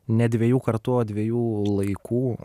ne dviejų kartų o dviejų laikų